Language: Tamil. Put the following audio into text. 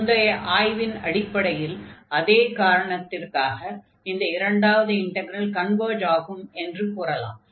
முந்தைய ஆய்வின் அடிப்படையில் அதே காரணத்திற்காகவே இந்த இரண்டாவது இன்டக்ரல் கன்வர்ஜ் ஆகும் என்று கூறலாம்